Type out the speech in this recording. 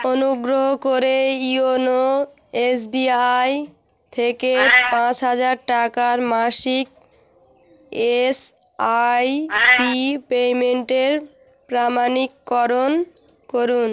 অনুগ্রহ করে YONO S B I থেকে পাঁচ হাজার টাকার মাসিক এস আই পি পেমেন্টের প্রমাণীককরণ করুন